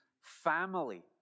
family